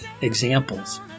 examples